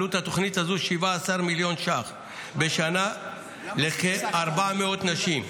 עלות התוכנית הזאת 17 מיליון שקלים בשנה לכ-400 נשים,